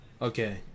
Okay